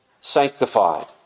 sanctified